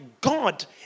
God